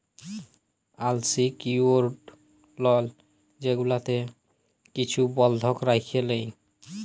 আল secured লল যেগুলাতে কিছু বল্ধক রাইখে লেই